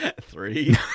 three